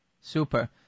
Super